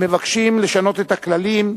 המבקשים לשנות את הכללים,